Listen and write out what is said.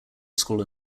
school